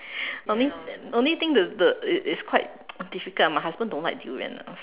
only only thing the the is is quite difficult ah my husband don't like durian ah